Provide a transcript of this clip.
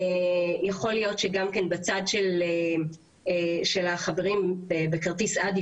יכול להיות שגם כן בצד של החברים בכרטיס אדי